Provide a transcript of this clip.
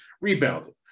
rebounded